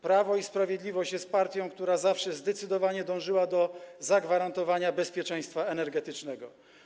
Prawo i Sprawiedliwość jest partią, która zawsze zdecydowanie dążyła do zagwarantowania bezpieczeństwa energetycznego.